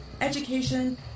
education